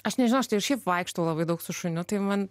aš nežinau aš tai ir šiaip vaikštau labai daug su šuniu tai man